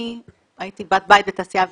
אני הייתי בת בית בתעשייה האווירית,